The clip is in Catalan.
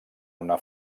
una